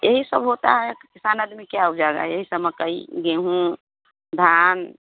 यही सब होता है किसान आदमी क्या उप जाएगा यही सब मकई गेहूँ धान